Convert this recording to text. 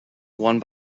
one